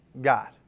God